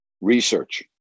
research